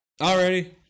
Alrighty